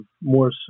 more